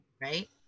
Right